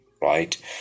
right